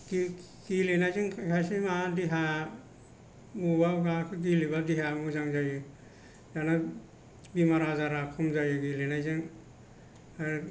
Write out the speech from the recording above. गेलेनायजों खायसे माबा देहा बबेबा माबाखौ गेलेबा देहाया मोजां जायो दाना बेमार आजारा खम जायो गेलेनायजों आरो